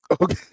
Okay